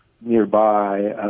nearby